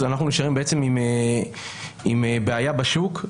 אנחנו נשארים עם בעיה בשוק,